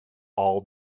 all